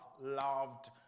Loved